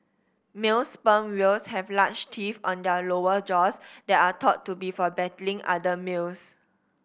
male sperm whales have large teeth on their lower jaws that are thought to be for battling other males